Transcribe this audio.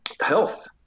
Health